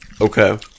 Okay